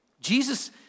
Jesus